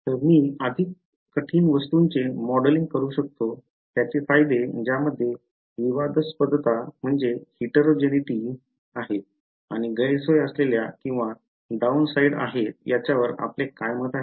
तर मी अधिक कठीण वस्तूंचे मॉडेलिंग करू शकतो त्याचे फायदे ज्यामध्ये विवादास्पदता आहे आणि गैरसोय असलेल्या किंवा डाउन साइड आहे याच्यावर आपले काय मत आहे